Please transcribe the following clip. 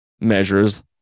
measures